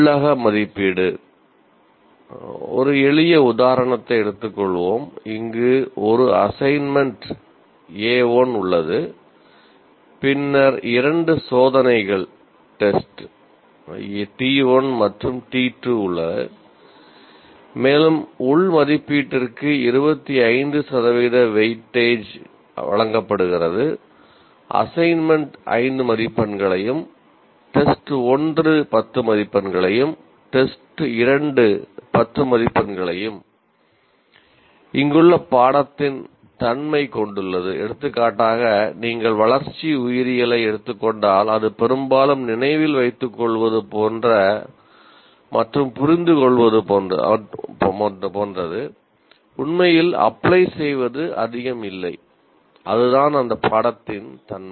உள்ளக மதிப்பீடு ஒரு எளிய உதாரணத்தை எடுத்துக்கொள்வோம் அங்கு ஒரு அசைன்மென்ட் செய்வது அதிகம் இல்லை அதுதான் அந்த பாடத்தின் தன்மை